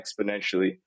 exponentially